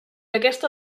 aquesta